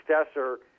successor